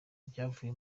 ibyavuye